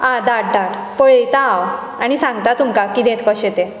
आं धाड धाड पळयतां हांव आनी सांगता तुमकां कितें कशें तें